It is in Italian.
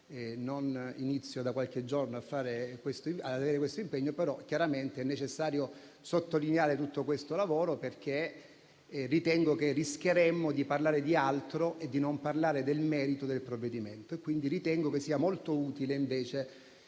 ho iniziato da qualche giorno ad avere questo impegno, però chiaramente è necessario sottolineare tutto questo lavoro, perché ritengo che altrimenti rischieremmo di parlare di altro e non invece del merito del provvedimento. Ritengo che sia molto utile, invece,